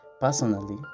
Personally